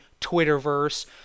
Twitterverse